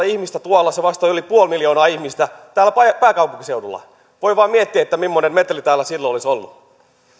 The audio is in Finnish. ihmistä tuolla vastaa yli puolta miljoonaa ihmistä täällä pääkaupunkiseudulla voi vain miettiä mimmoinen meteli täällä silloin olisi ollut